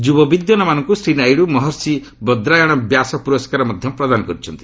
ଯୁବ ବିଦ୍ୱାନମାନଙ୍କୁ ଶ୍ରୀ ନାଇଡୁ ମହର୍ଷି ବଦ୍ରାୟାଣ ବ୍ୟାସ ପୁରସ୍କାର ମଧ୍ୟ ପ୍ରଦାନ କରିଛନ୍ତି